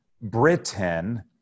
Britain